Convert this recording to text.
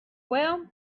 well